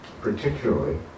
particularly